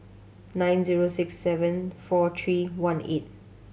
nine zero six seven four three one eight